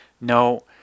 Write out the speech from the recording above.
no